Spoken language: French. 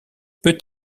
peut